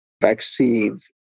vaccines